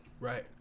Right